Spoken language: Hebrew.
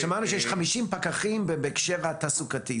שמענו שיש חמישים פקחים בהקשר התעסוקתי,